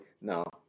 no